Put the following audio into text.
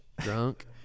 Drunk